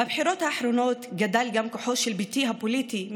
בבחירות האחרונות גדל גם כוחו של ביתי הפוליטי,